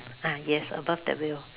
ah yes above the wheel